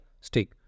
stick